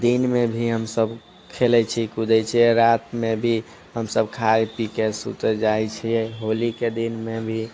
दिनमे भी हमसब खेलै छियै कुदै छियै रातिमे भी हमसब खाइ पीके सुतऽ जाइ छियै होलीके दिनमे भी